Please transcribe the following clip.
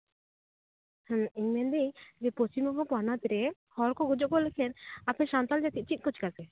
ᱦᱩᱸ ᱤᱧ ᱢᱮᱱᱫᱤᱧ ᱡᱮ ᱯᱚᱥᱪᱤᱢ ᱵᱚᱝᱜᱚ ᱯᱚᱱᱚᱛ ᱨᱮ ᱦᱚᱲ ᱠᱚ ᱜᱚᱡᱚᱜ ᱡᱚᱠᱷᱮᱱ ᱟᱯᱮ ᱥᱟᱱᱛᱟᱲ ᱡᱟᱹᱛᱤ ᱪᱮᱫᱠᱚ ᱪᱮᱠᱟᱭᱛᱮ